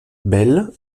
belle